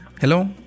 Hello